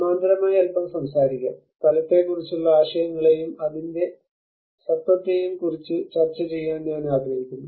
സമാന്തരമായി അല്പം സംസാരിക്കാം സ്ഥലത്തെക്കുറിച്ചുള്ള ആശയങ്ങളെയും അതിന്റെ സ്വത്വത്തെയും കുറിച്ച് ചർച്ച ചെയ്യാൻ ഞാൻ ആഗ്രഹിക്കുന്നു